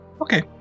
Okay